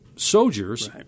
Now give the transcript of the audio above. Soldiers